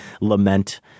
lament